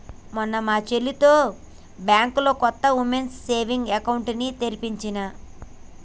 మొన్న మా చెల్లితో బ్యాంకులో కొత్త వుమెన్స్ సేవింగ్స్ అకౌంట్ ని తెరిపించినా